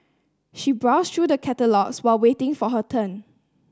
she browsed through the catalogues while waiting for her turn